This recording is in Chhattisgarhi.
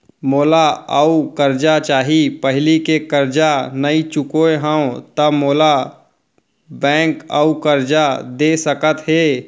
मोला अऊ करजा चाही पहिली के करजा नई चुकोय हव त मोल ला बैंक अऊ करजा दे सकता हे?